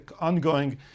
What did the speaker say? ongoing